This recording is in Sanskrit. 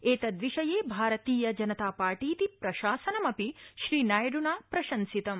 एतद्विषये भारतीय जनता पार्टीति प्रशासनमपि श्रीनायड्ना प्रशंसितम्